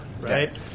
right